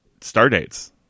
Stardates